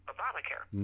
Obamacare